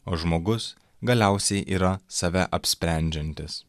o žmogus galiausiai yra save apsprendžiantis